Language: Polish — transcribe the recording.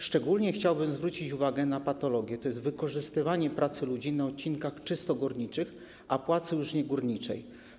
Szczególnie chciałbym zwrócić uwagę na patologię, jaką jest wykorzystywanie pracy ludzi na odcinkach czysto górniczych za płacę już niegórniczą.